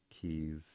keys